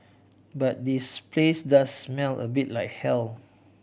but this place does smell a bit like hell